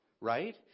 Right